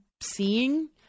seeing